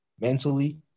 mentally